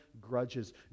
grudges